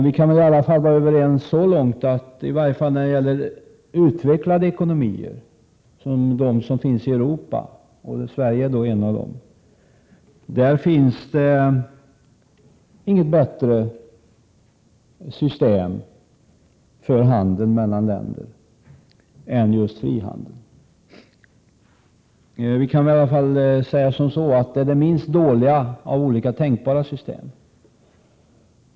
Vi kan ändå vara överens så långt som att det i länder med utvecklade ekonomier, som länderna i Europa, varav Sverige är ett, inte finns något bättre system för handeln än just frihandel. Det är i alla fall det minst dåliga av olika tänkbara system.